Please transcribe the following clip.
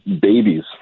Babies